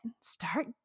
start